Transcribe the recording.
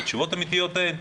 ותשובות אמיתיות אין.